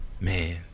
man